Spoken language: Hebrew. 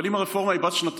אבל אם הרפורמה היא בת שנתיים,